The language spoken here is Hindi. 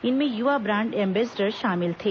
इनमें युवा ब्रांड एम्बेसडर शामिल थे